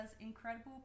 incredible